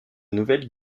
nouvelle